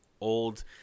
old